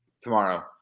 tomorrow